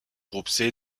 groupe